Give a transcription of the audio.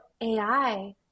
AI